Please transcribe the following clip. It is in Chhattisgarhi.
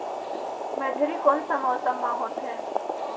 मेझरी कोन सा मौसम मां होथे?